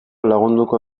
lagunduko